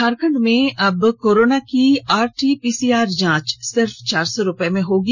झारखंड में अब कोरोना की आरटीपीसीआर जांच सिर्फ चार सौ रूपये में होगी